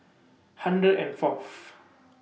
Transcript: hundred and Fourth